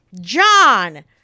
John